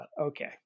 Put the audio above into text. okay